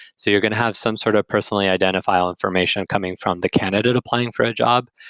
so you're going to have some sort of personally identifiable information coming from the candidate applying for a job,